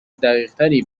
دقیقتری